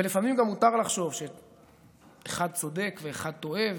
לפעמים גם מותר לחשוב שאחד צודק ואחד טועה,